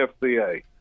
FCA